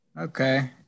Okay